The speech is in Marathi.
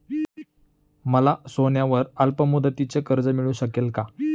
मला सोन्यावर अल्पमुदतीचे कर्ज मिळू शकेल का?